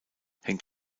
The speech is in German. hängt